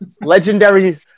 legendary